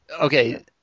Okay